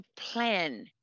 plan